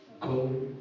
Go